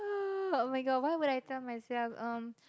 ah oh-my-god what would I tell myself um